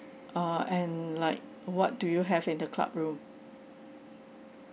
ah and like what do you have in the club room